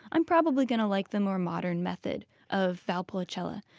i'm probably going to like the more modern method of valpolicella.